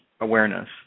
awareness